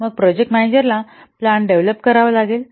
मग प्रोजेक्ट मॅनेजराला प्लान विकसित करावा लागेल